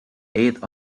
eight